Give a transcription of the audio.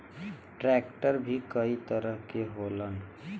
tractor भी कई तरह के होलन